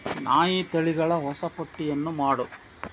ನಾಯಿ ತಳಿಗಳ ಹೊಸ ಪಟ್ಟಿಯನ್ನು ಮಾಡು